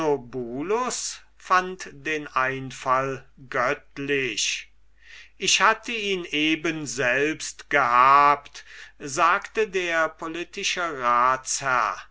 fand den einfall göttlich ich hatte ihn eben selbst gehabt sagte der politische ratsherr